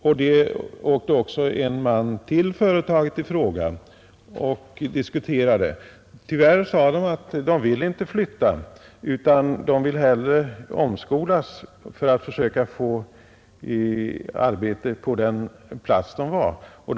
En man reste också upp till företaget och diskuterade situationen. Tyvärr sade de friställda att de inte ville flytta, utan de ville hellre omskolas för att försöka få arbete på hemorten.